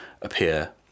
appear